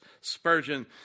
Spurgeon